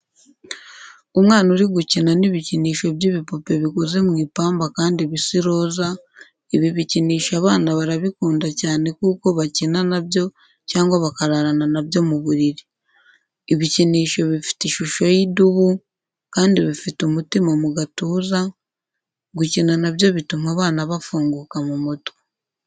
Umwana uri gukina n'ibikinisho by'ibipupe bikoze mu ipamba kandi bisa iroza, ibi bikinisho abana barabikunda cyane kuko bakina na byo cyangwa bakararana na byo mu buriri. Ibikinisho bifite ishusho y'idubu kandi bifite umutima mu gatuza, gukina na byo bituma abana bafunguka mu mutwe.